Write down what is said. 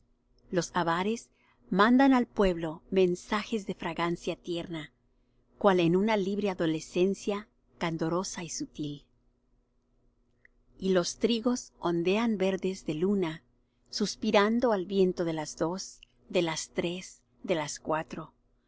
los habares mandan al pueblo mensajes de fragancia tierna cual en una libre adolescencia candorosa y sutil y los trigos ondean verdes de luna suspirando al viento de las dos de las tres de las cuatro